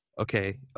Okay